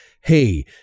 Hey